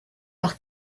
par